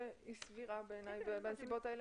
שבעיניי היא סבירה בנסיבות האלה,